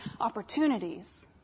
opportunities